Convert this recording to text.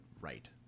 right